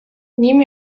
nim